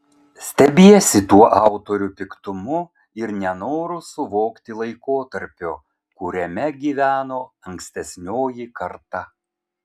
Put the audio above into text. stebiesi tuo autorių piktumu ir nenoru suvokti laikotarpio kuriame gyveno ankstesnioji karta